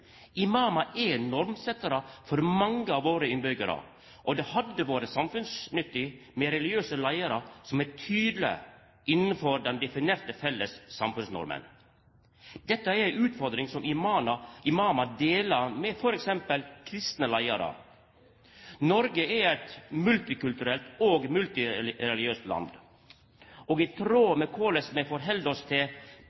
er normsetjarar for mange av innbyggjarane våre, og det hadde vore samfunnsnyttig med religiøse leiarar som var tydelege innanfor den definerte felles samfunnsnorma. Dette er ei utfordring som imamar deler med f.eks. kristne leiarar. Noreg er eit multikulturelt og multireligiøst land, og i tråd